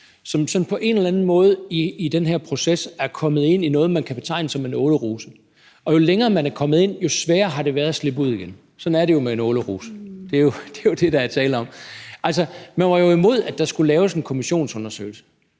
sådan på en eller anden måde i den her proces er kommet ind i noget, man kan betegne som en åleruse. Og jo længere, man er kommet ind, jo sværere har det været at slippe ud igen. Sådan er det jo med en åleruse, det er jo det, der er tale om. Altså, man var jo imod, at der skulle laves en kommissionsundersøgelse.